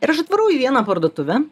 ir aš atvarau į vieną parduotuvę